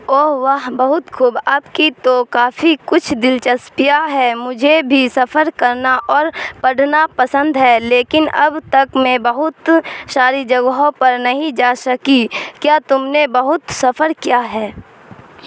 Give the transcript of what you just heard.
او واہ بہت خوب آپ کی تو کافی کچھ دلچسپیاں ہے مجھے بھی سفر کرنا اور پڑھنا پسند ہے لیکن اب تک میں بہت ساری جگہوں پر نہیں جا سکی کیا تم نے بہت سفر کیا ہے